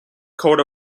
coat